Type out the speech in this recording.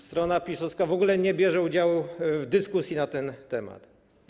Strona PiS-owska w ogóle nie bierze udziału w dyskusji na ten temat.